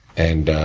and,